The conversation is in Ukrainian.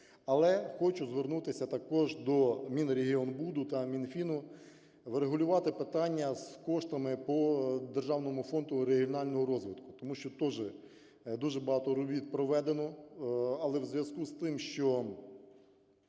Але хочу звернутися також до Мінрегіонбуду та Мінфіну врегулювати питання з коштами по Державному фонду регіонального розвитку, тому що теж дуже багато робіт проведено, але в зв'язку з тим, що